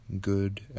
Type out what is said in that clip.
good